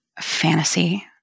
fantasy